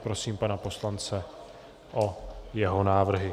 Prosím pana poslance o jeho návrhy.